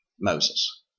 Moses